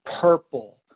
purple